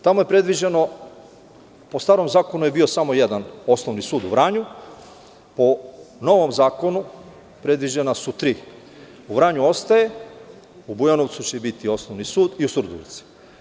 Tamo je predviđeno, po starom zakonu je bio sam jedan Osnovni sud u Vranju, po novom zakonu predviđena su tri, u Vranju ostaje, u Bujanovcu će biti osnovni sud i u Surdulici.